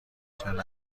چند